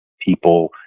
people